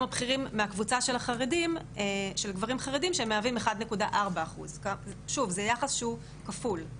הבכירים מהקבוצה של גברים חרדים שהם מהווים 1.4%. זה יחס שהוא כפול.